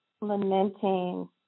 lamenting